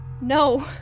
no